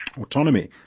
autonomy